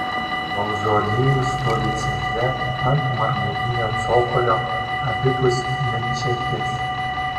mauzoliejus stovi centre ant marmurinio cokolio abipus mečetės